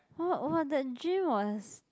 !wah! !wah! that dream was